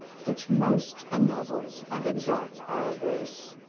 which most ennobles and exalts our race,